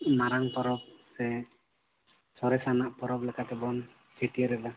ᱢᱟᱨᱟᱝ ᱯᱚᱨᱚᱵᱽ ᱥᱮ ᱥᱚᱨᱮᱥ ᱟᱱᱟᱜ ᱯᱚᱨᱚᱵᱽ ᱞᱮᱠᱟ ᱛᱮᱵᱚᱱ ᱪᱷᱟᱹᱴᱭᱟᱹᱨ ᱮᱫᱟ